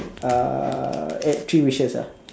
ah eh three wishes ah